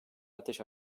ateş